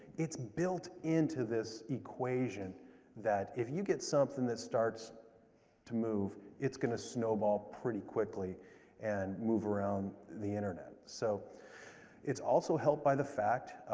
it's built into this equation that if you get something that starts to move, it's going to snowball pretty quickly and move around the internet. so it's also helped by the fact,